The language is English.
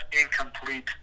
incomplete